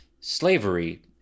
slavery